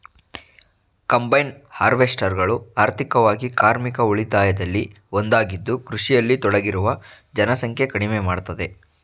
combine ಹಾರ್ವೆಸ್ಟರ್ಗಳು ಆರ್ಥಿಕವಾಗಿ ಕಾರ್ಮಿಕ ಉಳಿತಾಯದಲ್ಲಿ ಒಂದಾಗಿದ್ದು ಕೃಷಿಯಲ್ಲಿ ತೊಡಗಿರುವ ಜನಸಂಖ್ಯೆ ಕಡಿಮೆ ಮಾಡ್ತದೆ